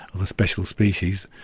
ah the special species,